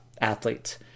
athlete